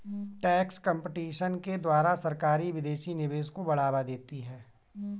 tax competition के द्वारा सरकारी विदेशी निवेश को बढ़ावा देती है